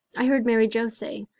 i heard mary joe say,